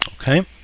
Okay